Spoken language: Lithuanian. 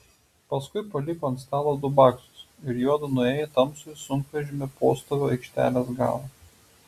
paskui paliko ant stalo du baksus ir juodu nuėjo į tamsųjį sunkvežimių postovio aikštelės galą